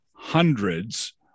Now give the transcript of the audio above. hundreds